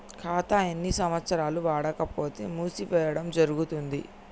ఖాతా ఎన్ని సంవత్సరాలు వాడకపోతే మూసివేయడం జరుగుతుంది?